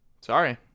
Sorry